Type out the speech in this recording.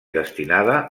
destinada